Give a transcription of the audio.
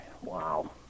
Wow